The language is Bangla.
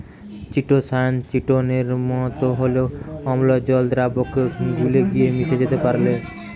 চিটোসান চিটোনের মতো হলেও অম্লজল দ্রাবকে গুলে গিয়ে মিশে যেতে পারেল